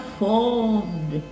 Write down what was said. formed